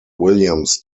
williams